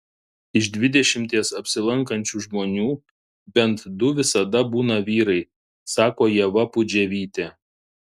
iš dvidešimties apsilankančių žmonių bent du visada būna vyrai sako ieva pudževytė